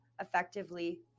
effectively